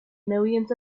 millions